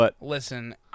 Listen